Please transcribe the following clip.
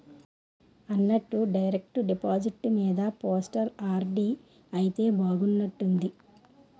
అన్నట్టు direct deposit మీద postal RD అయితే బాగున్నట్టుంది